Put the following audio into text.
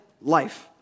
life